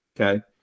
Okay